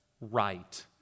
right